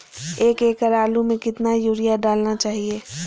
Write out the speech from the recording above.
एक एकड़ आलु में कितना युरिया डालना चाहिए?